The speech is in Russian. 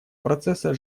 процесса